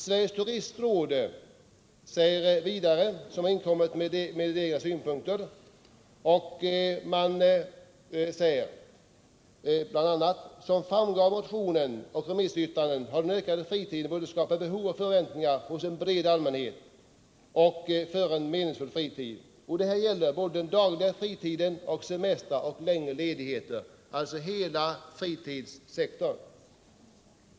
Sveriges turistråd, som inkommit med egna synpunkter, säger bl.a.: ”Som framgår av motionerna och remissyttrandena har den ökande fritiden både skapat behov och förväntningar hos en bred allmänhet för en meningsfull fritid. Detta gäller både den dagliga fritiden och semestrar och längre ledigheter” — alltså hela fritidssektorn.